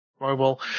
mobile